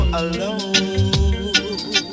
alone